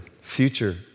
future